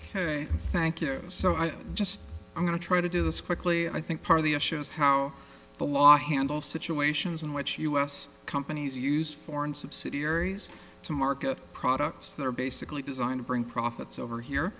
ok thank you so i am just going to try to do this quickly i think part of the issue is how the law handle situations in which u s companies use foreign subsidiaries to market products that are basically designed to bring profits over here